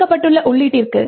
கொடுக்கப்பட்ட உள்ளீட்டிற்கு